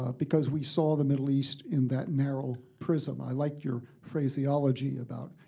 ah because we saw the middle east in that narrow prism. i like your phraseology about,